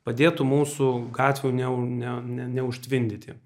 padėtų mūsų gatvių ne ne neužtvindyti